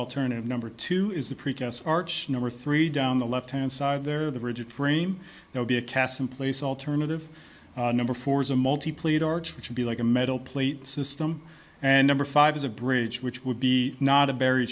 alternative number two is the previous arch number three down the left hand side there the rigid frame would be a cast in place alternative number four is a multi plate arch which would be like a metal plate system and number five is a bridge which would be not a very